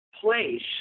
place